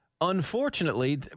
Unfortunately